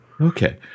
Okay